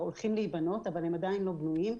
הולכים להיבנות אבל הם עדיין לא בנויים.